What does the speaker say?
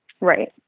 Right